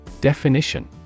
Definition